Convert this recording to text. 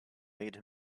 made